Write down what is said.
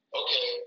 okay